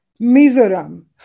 Mizoram